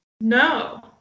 No